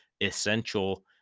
essential